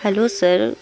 hello sir